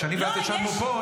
כשאני ואת ישבנו פה,